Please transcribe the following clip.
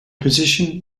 position